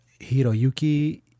Hiroyuki